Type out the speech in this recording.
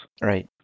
Right